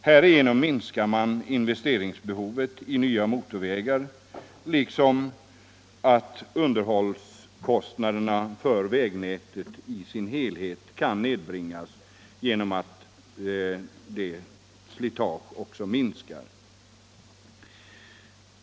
Härigenom blir behovet av investeringar i nya motorvägar mindre, och likaså kan underhållskostnaderna för vägnätet i sin helhet nedbringas genom att slitaget minskar.